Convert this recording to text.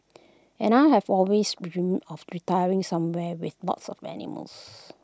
and I have always dreamed of retiring somewhere with lots of animals